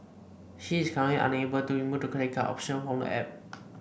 she is currently unable to remove the credit card option from the app